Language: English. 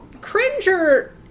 Cringer